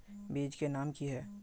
बीज के नाम की है?